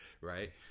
right